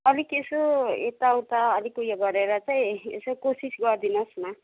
अलिक यसो एताउता अलिक ऊ यो गरेर चाहिँ यसो कोसिस गरिदिनुहोस् न